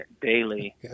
daily